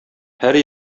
һәр